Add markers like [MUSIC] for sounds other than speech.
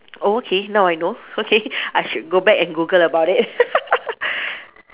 oh okay now I know okay [LAUGHS] I should go back and Google about it [LAUGHS] [NOISE]